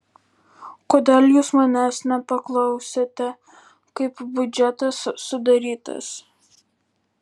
kodėl jūs manęs nepaklausėte kaip biudžetas sudarytas